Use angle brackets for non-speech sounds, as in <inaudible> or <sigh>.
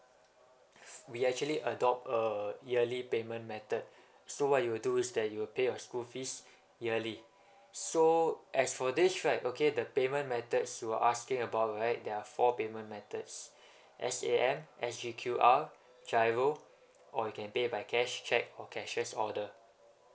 <noise> we actually adopt uh yearly payment method so what you will do is that you will pay your school fees yearly so as for this right okay the payment methods you're asking about right there are four payment methods S_A_M sg Q_R G_I_R_O or you can pay by cash cheque or cashier's order